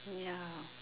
ya